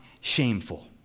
shameful